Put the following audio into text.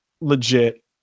legit